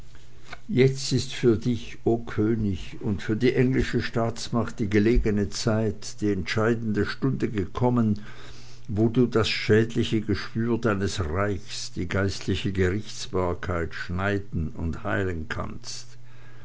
jetzt ist für dich o könig und für die englische staatsmacht die gelegene zeit die entscheidende stunde gekommen wo du das schädliche geschwür deines reichs die geistliche gerichtsbarkeit schneiden und heilen kannst